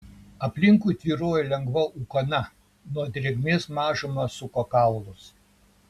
aplinkui tvyrojo lengva ūkana nuo drėgmės mažumą suko kaulus